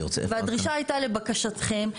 והדרישה הייתה לבקשתכם.